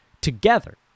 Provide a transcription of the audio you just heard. together